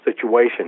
situation